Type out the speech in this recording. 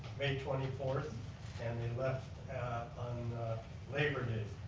may twenty fourth and they left on labor day.